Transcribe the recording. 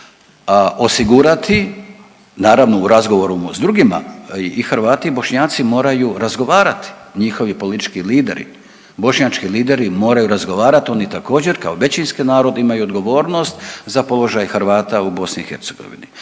osigurati, naravno u razgovoru s drugima i Hrvati i Bošnjaci moraju razgovarati, njihovi politički lideri, bošnjački lideri moraju razgovarati, oni također kao većinski narod imaju odgovornost za položaj Hrvata u BiH.